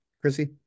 Chrissy